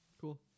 cool